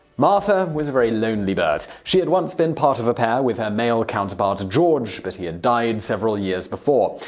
martha was a very lonely bird. she had once been part of a pair, with her male counterpart george, but he had died several years before.